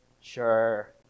Sure